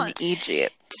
Egypt